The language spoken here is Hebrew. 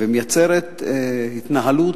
ומייצרת התנהלות